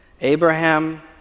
Abraham